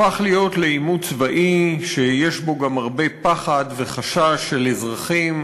הפך לעימות צבאי שיש בו גם הרבה פחד וחשש של אזרחים,